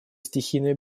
стихийными